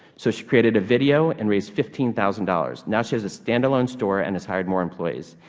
so she created a video and raised fifteen thousand dollars. now she has a standalone store and has hired more employees.